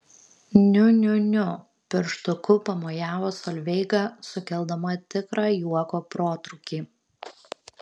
niu niu niu pirštuku pamojavo solveiga sukeldama tikrą juoko protrūkį